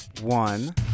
one